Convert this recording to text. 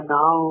now